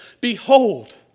Behold